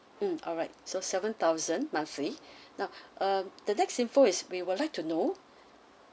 mm alright so seven thousand monthly now uh the next info is we would like to know